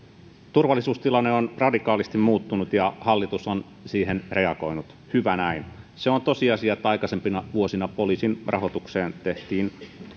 turvallisuustilanne on radikaalisti muuttunut ja hallitus on siihen reagoinut hyvä näin se on tosiasia että aikaisempina vuosina poliisin rahoitukseen tehtiin